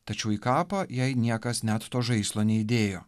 tačiau į kapą jei niekas net to žaislo neįdėjo